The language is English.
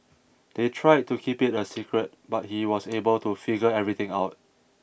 they tried to keep it a secret but he was able to figure everything out